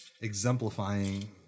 exemplifying